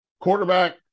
quarterback